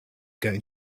going